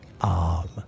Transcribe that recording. arm